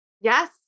Yes